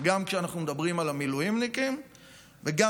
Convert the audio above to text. גם כשאנחנו מדברים על המילואימניקים וגם